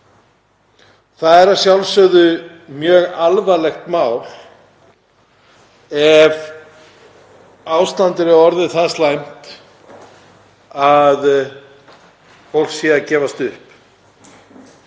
Það er að sjálfsögðu mjög alvarlegt mál ef ástandið er orðið það slæmt að fólk er að gefast upp.